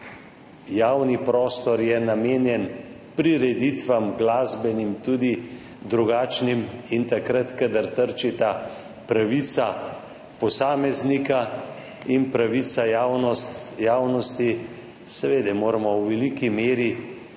javni prostor je namenjen prireditvam, glasbenim pa tudi drugačnim, in kadar trčita pravica posameznika in pravica javnosti, moramo v veliki meri